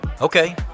Okay